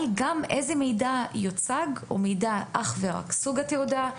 המידע שיוצג הוא מידע על סוג התעודה,